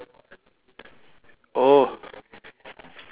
oh